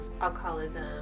alcoholism